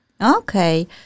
Okay